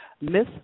Miss